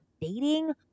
dating